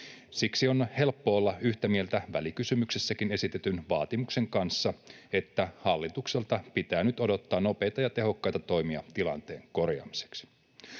siksi on helppo olla yhtä mieltä välikysymyksessäkin esitetyn vaatimuksen kanssa, että hallitukselta pitää nyt odottaa nopeita ja tehokkaita toimia tilanteen korjaamiseksi.